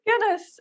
goodness